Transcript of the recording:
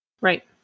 Right